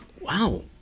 wow